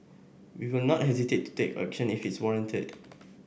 we will not hesitate to take action if it is warranted